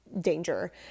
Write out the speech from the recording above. danger